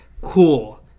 cool